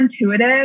intuitive